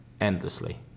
endlessly